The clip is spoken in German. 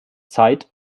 zeit